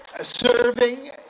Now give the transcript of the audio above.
serving